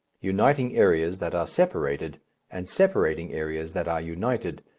uniting areas that are separated and separating areas that are united,